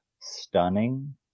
stunning